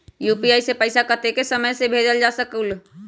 UPI से पैसा कतेक समय मे भेजल जा स्कूल?